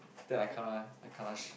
then I kena I kena